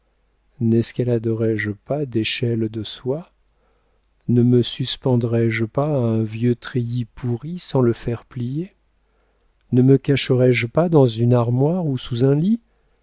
nescaladerais je pas d'échelles de soie ne me suspendrais je pas à un vieux treillis pourri sans le faire plier ne me cacherais je pas dans une armoire ou sous un lit